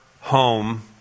home